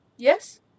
Yes